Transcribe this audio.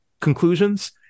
conclusions